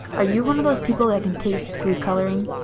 are you one of those people that can taste food coloring?